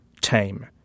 Tame